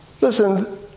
Listen